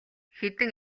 хэдэн